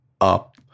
up